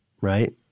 right